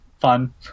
fun